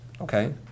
Okay